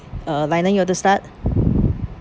uh lional you want to start